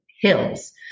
hills